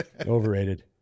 Overrated